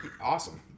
awesome